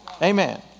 amen